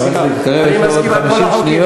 חברת הכנסת קריב, יש לו עוד 50 שניות.